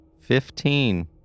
Fifteen